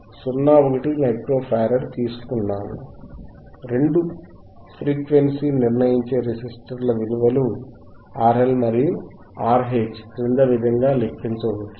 1 micro farad తీసుకున్నాము రెండు frequency నిర్ణయించే రెసిస్టర్లు విలువలను RL మరియు RH క్రింది విధంగా లెక్కించవచ్చు